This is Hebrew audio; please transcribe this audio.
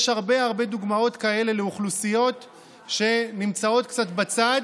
יש הרבה הרבה דוגמאות כאלה לאוכלוסיות שנמצאות קצת בצד,